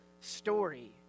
story